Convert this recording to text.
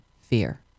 fear